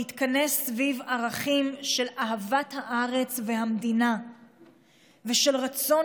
להתכנס סביב ערכים של אהבת הארץ והמדינה ושל רצון